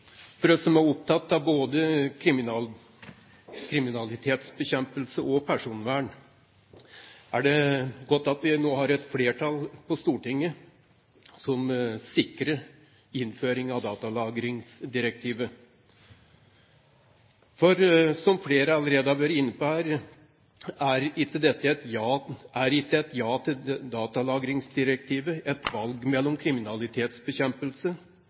oss som er opptatt av både kriminalitetsbekjempelse og personvern, er det godt at vi nå har et flertall på Stortinget som sikrer innføring av datalagringsdirektivet. For, som flere allerede har vært inne på, er ikke et ja til datalagringsdirektivet et valg mellom kriminalitetsbekjempelse